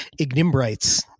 ignimbrites